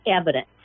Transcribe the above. evidence